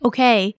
Okay